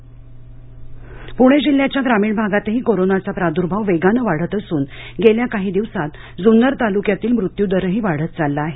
Junnar covid Pune जिल्ह्याच्या ग्रामीण भागातही कोरोनाचा प्रादुर्भाव वेगानं वाढत असून गेल्या काही दिवसात जुन्नर तालुक्यातील मृत्यूदरही वाढत चालला आहे